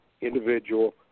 individual